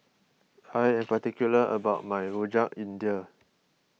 I am particular about my Rojak India